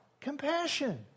compassion